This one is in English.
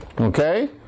okay